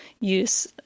use